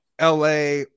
la